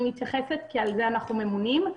כי על זה אנחנו ממונים.